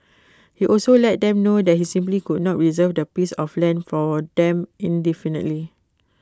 he also let them know that he simply could not reserve that piece of land for them indefinitely